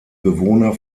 bewohner